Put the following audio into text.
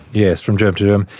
yes, from germ to germ.